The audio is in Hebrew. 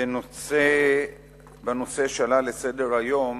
בנושא שעלה על סדר-היום